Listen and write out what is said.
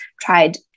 tried